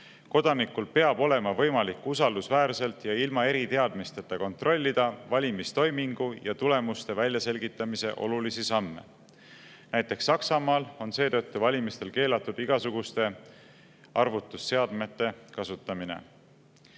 Kodanikul peab olema võimalik usaldusväärselt ja ilma eriteadmisteta kontrollida valimistoimingu ja tulemuste väljaselgitamise olulisi samme. Näiteks Saksamaal on seetõttu valimistel keelatud igasuguste arvutusseadmete kasutamine.